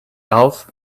else